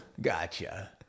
Gotcha